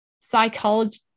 psychology